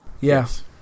yes